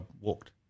walked